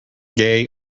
gay